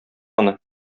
аны